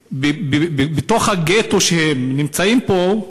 בתוך הגטו שהם נמצאים בו,